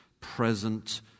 Present